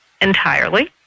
entirely